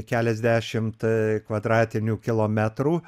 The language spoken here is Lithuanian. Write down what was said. keliasdešimt kvadratinių kilometrų